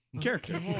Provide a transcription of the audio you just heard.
Character